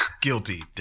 Guilty